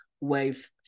wave